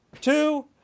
two